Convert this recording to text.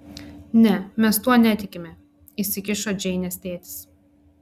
ne mes tuo netikime įsikišo džeinės tėtis